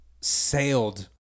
sailed